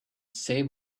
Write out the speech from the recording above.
save